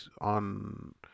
on